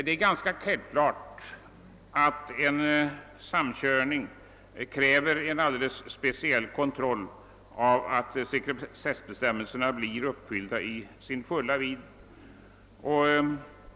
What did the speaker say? Det är ganska självklart att en samkörning kräver en alldeles speciell kontroll av att sekretessbestämmelserna blir uppfyllda i full utsträckning.